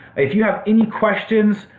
if you have any questions,